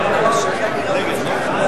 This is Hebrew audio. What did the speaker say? להצביע.